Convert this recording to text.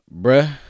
bruh